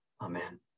amen